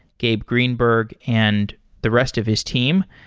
gabe greenberg, and the rest of his team.